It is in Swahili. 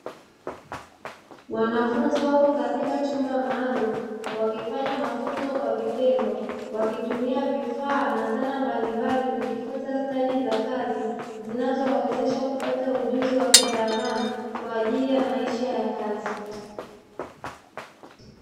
Wanafunzi wako katika chumba maalumu wakifanya mafunzo kwa vitendo, wakitumia vifaa na zana mbalimbali kujifunza stadi za kazi zinazowawezesha kupata ujuzi wa kitaalamu kwa ajili ya maisha ya kazi.